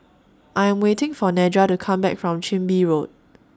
I Am waiting For Nedra to Come Back from Chin Bee Road